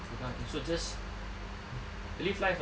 that kind of thing so just live life lah